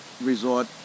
Resort